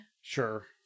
Sure